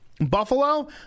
Buffalo